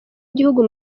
igihugu